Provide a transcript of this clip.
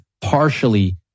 partially